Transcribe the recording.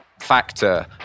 factor